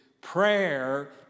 Prayer